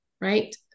right